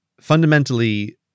fundamentally